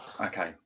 Okay